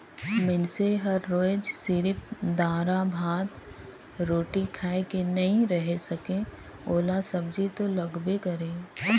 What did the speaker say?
मइनसे हर रोयज सिरिफ दारा, भात, रोटी खाए के नइ रहें सके ओला सब्जी तो लगबे करही